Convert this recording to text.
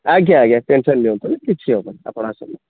ଆଜ୍ଞା ଆଜ୍ଞା ଟେନସନ ନିଅନ୍ତୁନି କିଛି ହେବନି ଆପଣ ଆସନ୍ତୁ